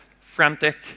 frantic